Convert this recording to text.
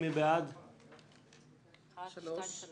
הצבעה בעד הרביזיה על סעיף 61, 6 נגד,